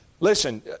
Listen